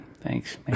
thanks